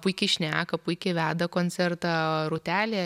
puikiai šneka puikiai veda koncertą rūtelė